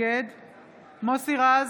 נגד מוסי רז,